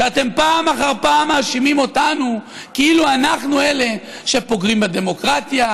שאתם פעם אחר פעם מאשימים אותנו כאילו אנחנו אלה שפוגעים בדמוקרטיה,